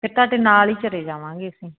ਫਿਰ ਤੁਹਾਡੇ ਨਾਲ ਹੀ ਚਲੇ ਜਾਵਾਂਗੇ ਅਸੀਂ